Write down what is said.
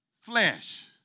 flesh